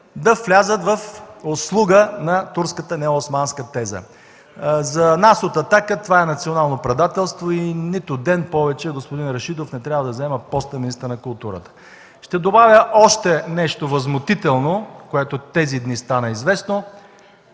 да влязат в услуга на турската неосманска теза. За нас от „Атака” това е национално предателство и нито ден повече господин Рашидов не трябва да заема поста министър на културата. Ще добавя още нещо възмутително, което тези дни стана известно.